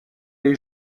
les